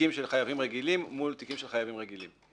תיקים של חייבים רגילים מול תיקים של חייבים רגילים?